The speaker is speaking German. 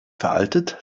veraltet